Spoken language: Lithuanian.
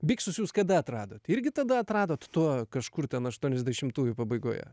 biksus jūs kada atradot irgi tada atradot tuo kažkur ten aštuoniasdešimtųjų pabaigoje